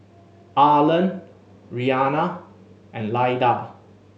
Arland Rhianna and Lyda